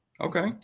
Okay